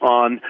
on